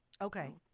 Okay